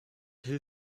hill